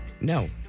No